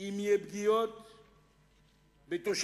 אם יהיו פגיעות בתושבים.